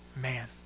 man